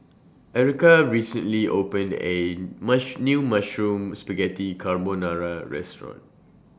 Erica recently opened A New Mushroom Spaghetti Carbonara Restaurant